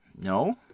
No